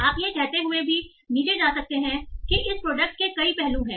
आप यह कहते हुए भी नीचे जा सकते हैं कि इस प्रोडक्ट के कई पहलू हैं